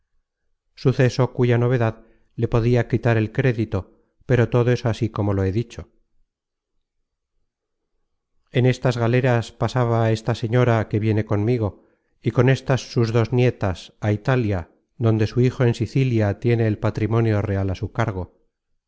suceso cuya novedad le podia quitar el crédito pero todo es así como lo he dicho en estas galeras pasaba esta señora que viene conmigo y con estas sus dos nietas á italia donde su hijo en sicilia tiene el patrimonio real á su cargo